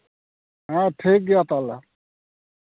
ᱦᱮᱸ ᱴᱷᱤᱠ ᱜᱮᱭᱟ ᱛᱟᱦᱞᱮ